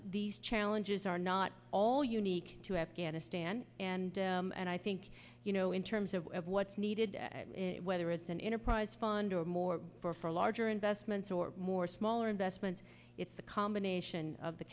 these challenges are not all unique to afghanistan and and i think you know in terms of what's needed whether it's an enterprise fund or more for for larger investments or more smaller investment it's the combination of the